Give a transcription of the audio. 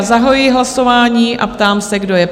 Zahajuji hlasování a ptám se, kdo je pro?